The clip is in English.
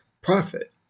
profit